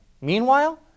Meanwhile